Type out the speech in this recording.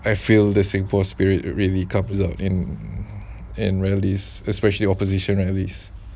I feel the singapore spirit really comes out in and rallies especially opposition rallies